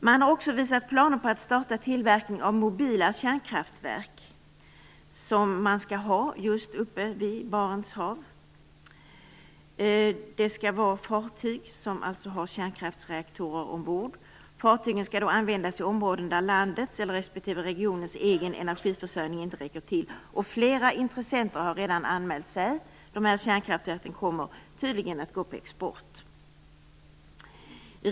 Man har också visat planer på att starta tillverkning av mobila kärnkraftverk som man skall ha just uppe vid Barents hav. Det skall vara fartyg som har kärnkraftsreaktorer ombord. Fartygen skall användas i områden där landets eller den respektive regionens egen energiförsörjning inte räcker till. Flera intressenter har redan anmält sig. De här kärnkraftverken kommer tydligen att gå på export.